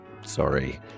Sorry